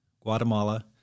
Guatemala